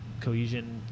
cohesion